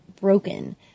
broken